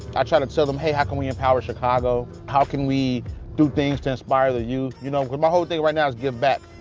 i try to tell them, hey how can we empower chicago? how can we do things to inspire the youth? you know, my whole thing right now is give back.